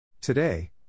Today